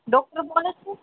doctor બોલો છો